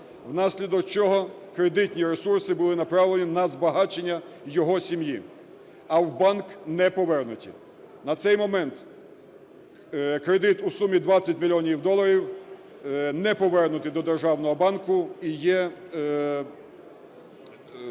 внаслідок чого кредитні ресурси були направлені на збагачення його сім'ї, а в банк не повернуті. На цей момент кредит у сумі 20 мільйонів доларів не повернутий до державного банку і є незакритим